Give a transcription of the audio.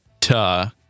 ta